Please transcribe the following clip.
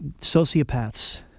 sociopaths